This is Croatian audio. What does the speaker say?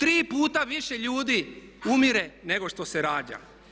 Tri puta više ljudi umire nego što se rađa.